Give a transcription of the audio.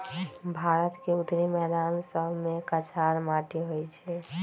भारत के उत्तरी मैदान सभमें कछार माटि होइ छइ